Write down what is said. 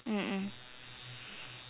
mm mm